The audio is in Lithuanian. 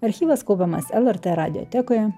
archyvas kaupiamas lrt radiotekoje